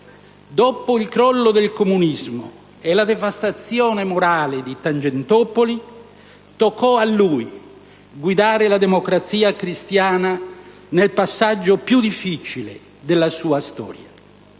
Dopo il crollo del comunismo e la devastazione morale di Tangentopoli, toccò a lui guidare la Democrazia Cristiana nel passaggio più difficile della sua storia.